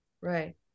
Right